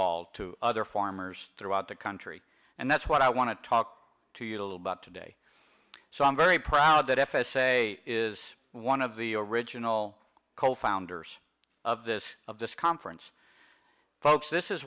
all to other farmers throughout the country and that's what i want to talk to you a little about today so i'm very proud that f s a is one of the original co founders of this of this conference folks this is